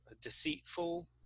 deceitful